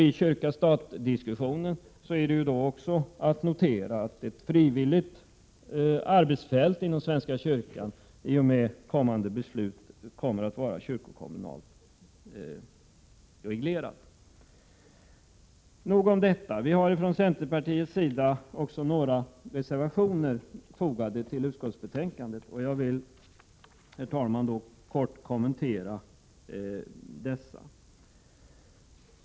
I kyrka-stat-diskussionen kan också noteras att ett arbetsfält på frivillig basis inom svenska kyrkan i och med kommande beslut kommer att vara kyrkokommunalt reglerat. Vi i centerpartiet står bakom några av de reservationer som är fogade till utskottsbetänkandet. Jag vill, herr talman, kort kommentera dessa.